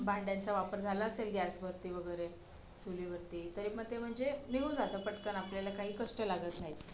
भांड्यांचा वापर झाला असेल गॅसवरती वगैरे चुलीवरती तरी मग ते म्हणजे निघून जातं पटकन आपल्याला काही कष्ट लागत नाहीत